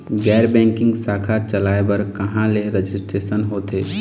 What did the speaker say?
गैर बैंकिंग शाखा चलाए बर कहां ले रजिस्ट्रेशन होथे?